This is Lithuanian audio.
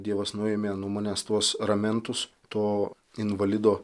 dievas nuėmė nuo manęs tuos ramentus to invalido